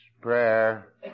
prayer